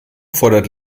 fordert